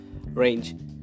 range